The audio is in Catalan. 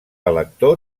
elector